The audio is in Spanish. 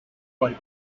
golf